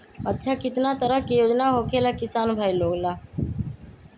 अच्छा कितना तरह के योजना होखेला किसान भाई लोग ला?